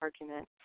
argument